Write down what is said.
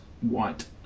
white